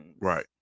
right